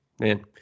man